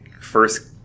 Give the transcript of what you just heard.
first